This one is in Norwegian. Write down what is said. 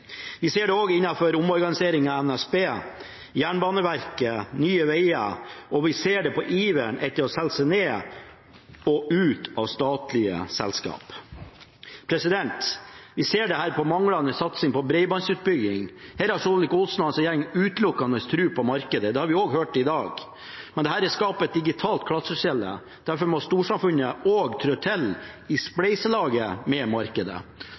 Vi ser dette også innenfor omorganiseringen av NSB, Jernbaneverket og Nye Veier, og vi ser det på iveren etter å selge seg ned og ut av statlige selskaper. Vi ser at det er en manglende satsing på bredbåndsutbygging. Her har statsråd Solvik-Olsen og regjeringen utelukkende tro på markedet. Det har vi også hørt i dag. Men dette skaper et digitalt klasseskille, derfor må storsamfunnet trå til i et spleiselag med markedet,